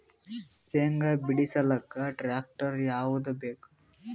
ಶೇಂಗಾ ಬಿಡಸಲಕ್ಕ ಟ್ಟ್ರ್ಯಾಕ್ಟರ್ ಯಾವದ ಬೇಕು?